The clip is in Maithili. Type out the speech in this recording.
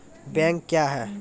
बैंक क्या हैं?